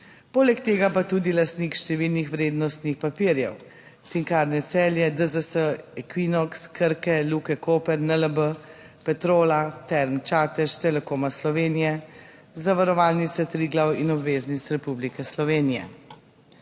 poleg tega pa tudi lastnik številnih vrednostnih papirjev: Cinkarne Celje, DZS, Equinox, Krke, Luke Koper, NLB, Petrola, Term Čatež, Telekoma Slovenije, Zavarovalnice Triglav in obveznic Republike Slovenije.